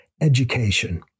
education